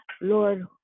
Lord